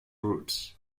roots